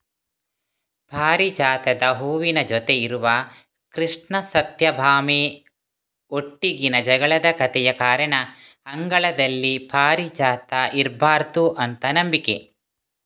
ಪಾರಿಜಾತದ ಹೂವಿನ ಜೊತೆ ಇರುವ ಕೃಷ್ಣ ಸತ್ಯಭಾಮೆ ಒಟ್ಟಿಗಿನ ಜಗಳದ ಕಥೆಯ ಕಾರಣ ಅಂಗಳದಲ್ಲಿ ಪಾರಿಜಾತ ಇರ್ಬಾರ್ದು ಅಂತ ನಂಬಿಕೆ